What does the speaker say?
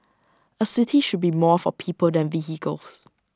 A city should be more for people than vehicles